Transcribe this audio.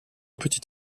petit